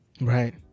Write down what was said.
Right